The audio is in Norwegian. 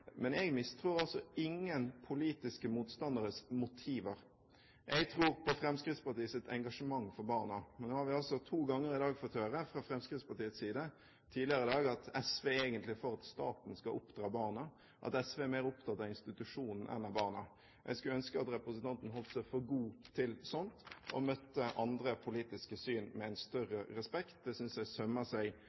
men jeg mistror ingen politiske motstanderes motiver. Jeg tror på Fremskrittspartiets engasjement for barna. Nå har vi to ganger tidligere i dag fått høre fra Fremskrittspartiets side at SV egentlig er for at staten skal oppdra barna, og at SV er mer opptatt av institusjonen enn av barna. Jeg skulle ønske at representanten holdt seg for gode til sånt, og møtte andre politiske syn med en større respekt. Det synes jeg sømmer seg